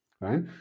right